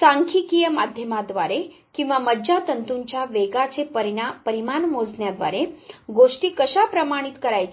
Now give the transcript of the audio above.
सांख्यिकीय माध्यमाद्वारे किंवा मज्जातंतूच्या वेगाचे परिमाण मोजण्याद्वारे गोष्टी कशा प्रमाणित करायच्या